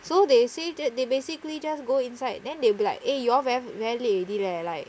so they say that they basically just go inside then they will be like eh you all very very late already leh like